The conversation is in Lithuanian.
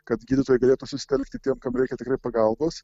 kad gydytojai galėtų susitelkti tiem kam reikia tikrai pagalbos